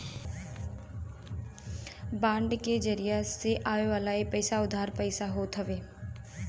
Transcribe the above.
bond के जरिया से आवेवाला इ पईसा उधार पईसा होत हवे